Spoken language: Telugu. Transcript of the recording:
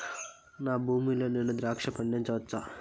నా భూమి లో నేను ద్రాక్ష పండించవచ్చా?